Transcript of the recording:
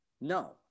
No